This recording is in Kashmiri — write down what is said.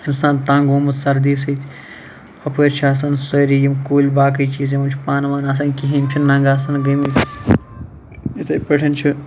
اِنسان تَنٛگ گوٚمُت سَردی سۭتۍ ہُپٲر چھِ آسان سٲری یِم کُلۍ باقٕے چیٖز یِمَن چھُن پَن وَن آسان کِہِیٖنۍ یِم چھِ نَنٛگہٕ آسان گٔمٕتۍ یِتھاے پٲٹھۍ چھِ